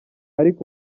ariko